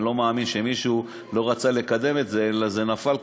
אני לא מאמין שמישהו לא רצה לקדם את זה אלא זה נפל,